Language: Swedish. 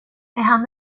han